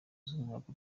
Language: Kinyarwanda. z’umwaka